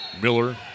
Miller